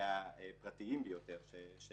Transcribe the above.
והפרטיים ביותר של